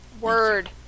Word